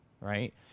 right